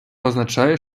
означає